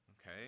okay